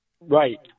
Right